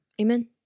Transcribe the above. Amen